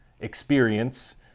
experience